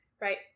Right